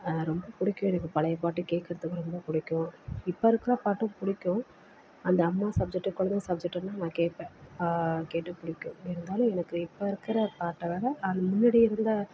ரொம்ப பிடிக்கும் எனக்கு பழைய பாட்டு கேட்குறதுக்கு ரொம்ப பிடிக்கும் இப்போ இருக்கிற பாட்டும் பிடிக்கும் அந்த அம்மா சப்ஜெட்டு கொழந்த சப்ஜெட்டுன்னா நான் கேட்பேன் கேட்டு பிடிக்கும் இருந்தாலும் எனக்கு இப்போ இருக்கிற பாட்டை விட முன்னாடி இருந்த